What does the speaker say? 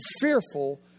fearful